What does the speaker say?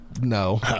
No